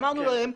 אמרנו להם,